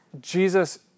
Jesus